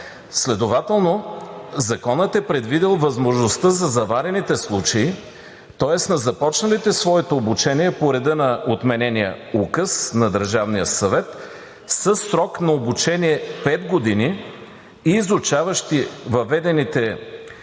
Следователно Законът е предвидил възможността за заварените случаи, тоест на започналите своето обучение по реда на отменения указ на Държавния съвет със срок на обучение пет години и изучаващи въведените всички